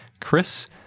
Chris